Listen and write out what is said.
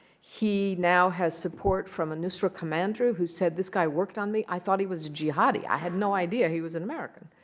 he now has support from a nusra commander who said, this guy worked on me. i thought he was jihadi. i had no idea he was an american.